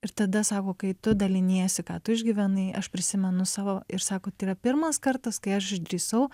ir tada sako kai tu daliniesi ką tu išgyvenai aš prisimenu savo ir sako tai yra pirmas kartas kai aš išdrįsau